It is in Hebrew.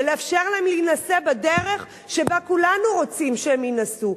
ולאפשר להם להינשא בדרך שבה כולנו רוצים שהם יינשאו,